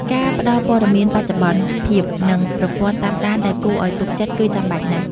ការផ្តល់ព័ត៌មានបច្ចុប្បន្នភាព និងប្រព័ន្ធតាមដានដែលគួរឱ្យទុកចិត្ត គឺចាំបាច់ណាស់។